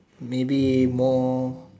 maybe more